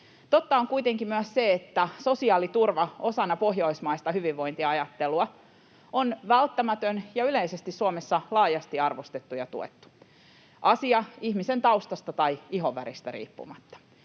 Totta on kuitenkin myös se, että sosiaaliturva osana pohjoismaista hyvinvointiajattelua on välttämätön ja yleisesti Suomessa laajasti arvostettu ja tuettu asia ihmisen taustasta tai ihonväristä riippumatta.